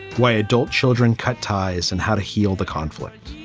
why adult children cut ties and how to heal the conflict.